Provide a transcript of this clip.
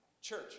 Church